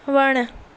वणु